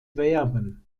werben